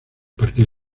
partir